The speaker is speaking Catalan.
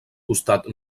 costat